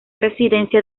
residencia